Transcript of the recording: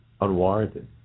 unwarranted